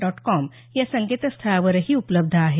dot com या संकेतस्थळावरही उपलब्ध आहे